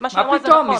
מה פתאום?